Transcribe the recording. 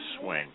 swing